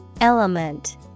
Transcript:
Element